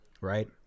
right